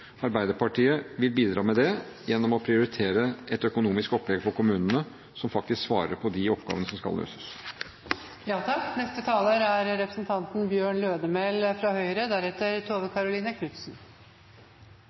Arbeiderpartiet vil bidra til det gjennom å prioritere et økonomisk opplegg for kommunene som faktisk svarer på de oppgavene som skal løses. Først vil eg korrigere eit spørsmål eg hadde i stad. Det er